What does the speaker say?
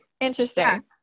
Interesting